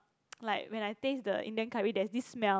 like when I taste the Indian curry there's this smell